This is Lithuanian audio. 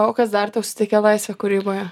o kas dar tau suteikia laisvę kūryboje